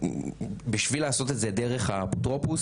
בשביל לעשות את זה דרך האפוטרופוס